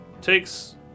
takes